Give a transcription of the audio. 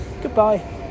Goodbye